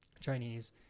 Chinese